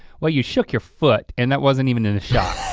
well you shook your foot and that wasn't even in the shot.